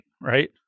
right